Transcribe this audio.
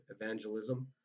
evangelism